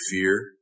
fear